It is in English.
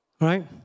Right